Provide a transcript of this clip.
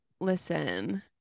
listen